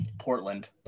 Portland